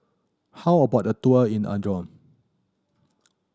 how about a tour in Andorra